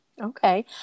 Okay